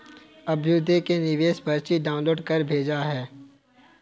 अभ्युदय ने निवेश पर्ची डाउनलोड कर मुझें भेजा